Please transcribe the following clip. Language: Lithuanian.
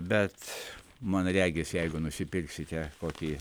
bet man regis jeigu nusipirksite kokį